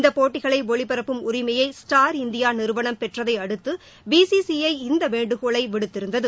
இந்த போட்டிகளை ஒளிபரப்பும் உரிமையை ஸ்டார் இந்தியா நிறுவனம் பெற்றதை அடுத்து பிசிசிஐ இந்த வேண்டுகோளை விடுத்திருந்தது